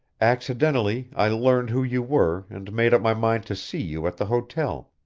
accidentally i learned who you were and made up my mind to see you at the hotel,